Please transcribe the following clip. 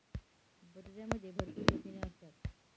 बटाट्यामध्ये भरपूर प्रथिने असतात